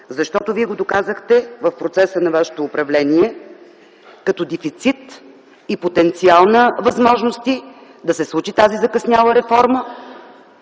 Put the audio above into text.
защото вие го доказахте в процеса на вашето управление като дефицит и потенциал на възможности да се случи тази закъсняла реформа